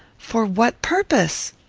for what purpose?